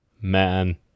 man